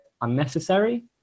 unnecessary